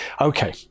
Okay